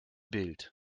bild